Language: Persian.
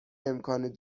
امکان